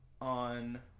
on